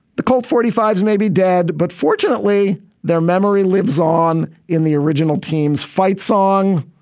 the colt forty five s may be dead, but fortunately their memory lives on in the original team's fight song.